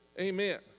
Amen